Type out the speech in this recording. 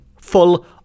full